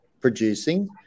producing